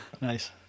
Nice